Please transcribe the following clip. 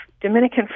Dominican